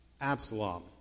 Absalom